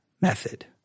method